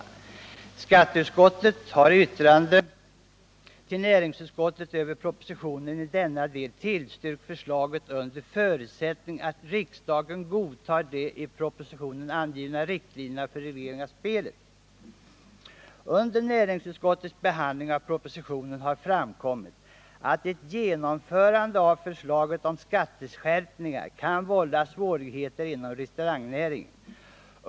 Skatteutskottet har i yttrande —--- till näringsutskottet över propositionen i denna del tillstyrkt förslaget under förutsättning att riksdagen godtar de i propositionen angivna riktlinjerna för reglering av spelet. Under näringsutskottets behandling av propositionen har framkommit att ett genomförande av förslaget om skatteskärpningar kan vålla svårigheter inom restaurangnäringen.